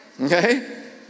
okay